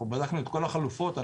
בדקנו את כל החלופות,